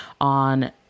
on